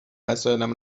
وسایلم